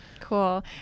Cool